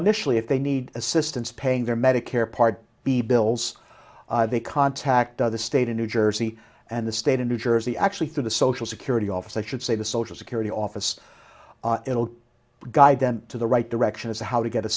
initially if they need assistance paying their medicare part b bills they contact the state in new jersey and the state of new jersey actually through the social security office i should say the social security office it will guide them to the right direction as to how to get a